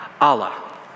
Allah